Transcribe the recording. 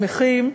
שמחים,